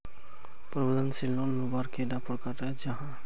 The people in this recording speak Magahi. प्रबंधन से लोन लुबार कैडा प्रकारेर जाहा?